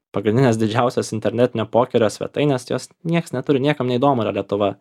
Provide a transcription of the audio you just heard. pagrindinės didžiausios internetinio pokerio svetainės jos nieks neturi niekam neįdomu yra lietuva